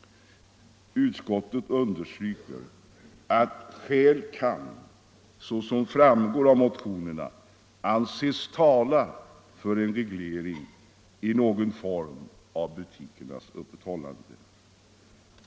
Utskottet understryker att skäl kan, såsom framgår av motionerna, anses tala för en reglering i någon form av butikernas öppethållande.